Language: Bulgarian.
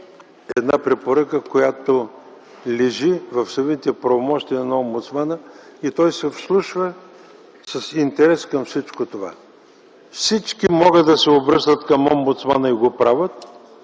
е препоръка, която лежи в самите правомощия на Омбудсмана и той се вслушва с интерес към всичко това. Всички могат да се обръщат към Омбудсмана (и го правят)